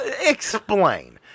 explain